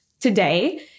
today